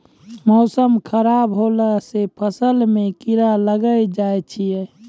मौसम खराब हौला से फ़सल मे कीड़ा लागी जाय छै?